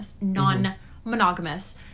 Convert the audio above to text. non-monogamous